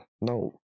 no